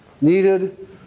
needed